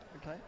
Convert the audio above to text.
Okay